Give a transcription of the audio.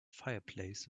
fireplace